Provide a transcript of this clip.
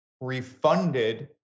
refunded